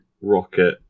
Rocket